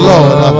Lord